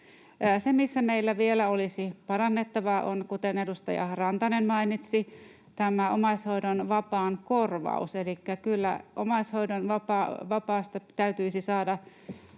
Se, missä meillä vielä olisi parannettavaa, kuten edustaja Rantanen mainitsi, on tämä omaishoidon vapaan korvaus. Elikkä kyllä omaishoidon vapaasta täytyisi saada